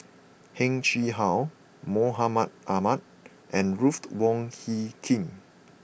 Heng Chee How Mahmud Ahmad and Ruth Wong Hie King